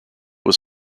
was